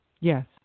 Yes